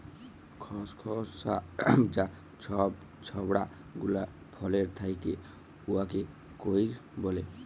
খসখসা যা ছব ছবড়া গুলা ফলের থ্যাকে উয়াকে কইর ব্যলে